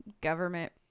government